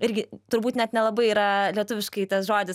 irgi turbūt net nelabai yra lietuviškai tas žodis